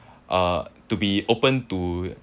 uh to be opened to